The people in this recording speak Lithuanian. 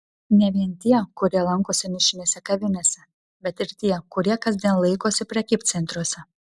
ne vien tie kurie lankosi nišinėse kavinėse bet ir tie kurie kasdien laikosi prekybcentriuose